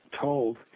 told